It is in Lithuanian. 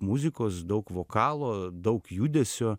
muzikos daug vokalo daug judesio